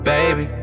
Baby